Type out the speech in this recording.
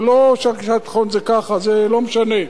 זה לא שהרגשת ביטחון זה ככה, זה לא משנה,